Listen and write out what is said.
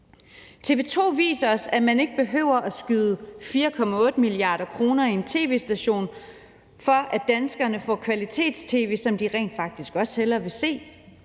TV 2 viser os, at man ikke behøver at skyde 4,8 mia. kr. i en tv-station, for at danskerne får kvalitets-tv, som de rent faktisk også hellere vil se.